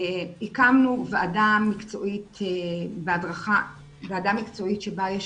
הקמנו ועדה מקצועית שבה ישבנו,